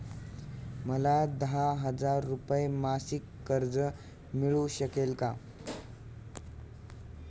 मला दहा हजार रुपये मासिक कर्ज मिळू शकेल का?